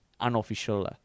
unofficial